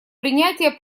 принятие